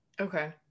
Okay